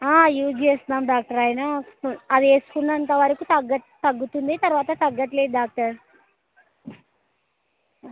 use చేస్తన్నాాం doctor ఆయినా అది వేసుకున్నంతవరకు తగ్గట్ తగ్గుతుంది తర్వాత తగ్గట్లేదు డాక్టర్